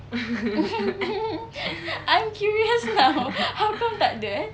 I'm curious now how come takde eh